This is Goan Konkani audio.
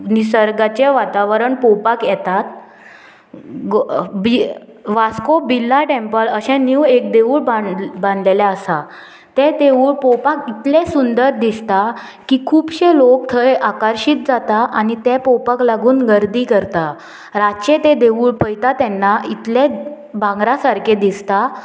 निसर्गाचें वातावरण पोवपाक येतात वास्को बिल्ला टेंपल अशें नीव एक देवूळ बांद बांदलेलें आसा तें देवूळ पळोवपाक इतलें सुंदर दिसता की खुबशे लोक थंय आकार्शीत जाता आनी तें पळोवपाक लागून गर्दी करता रातचे तें देवूळ पळयता तेन्ना इतले भांगरां सारके दिसता